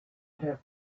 have